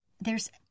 theres